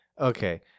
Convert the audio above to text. okay